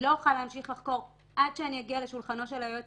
לא אוכל להמשיך לחקור עד שאני אגיד לשולחנו של היועץ